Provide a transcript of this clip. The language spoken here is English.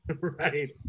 Right